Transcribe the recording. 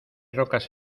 rocas